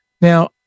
Now